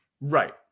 Right